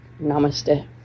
Namaste